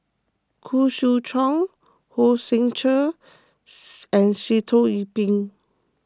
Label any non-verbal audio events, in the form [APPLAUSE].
Khoo Swee Chiow Hong Sek Chern [UNINTELLIGIBLE] and Sitoh Yih Pin